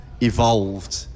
evolved